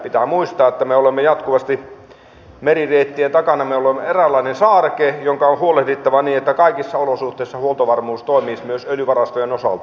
pitää muistaa että me olemme jatkuvasti merireittien takana me olemme eräänlainen saareke jonka on huolehdittava siitä että kaikissa olosuhteissa huoltovarmuus toimii myös öljyvarastojen osalta